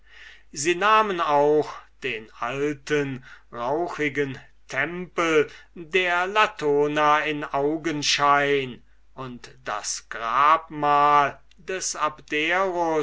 sie nahmen auch den alten rauchigten tempel der latona in augenschein und das grabmal des abderus